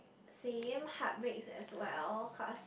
same heartbreaks as well cause